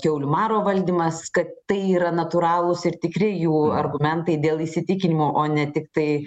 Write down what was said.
kiaulių maro valdymas kad tai yra natūralūs ir tikri jų argumentai dėl įsitikinimo o ne tiktai